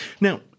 Now